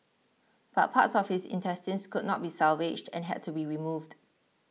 but parts of his intestines could not be salvaged and had to be removed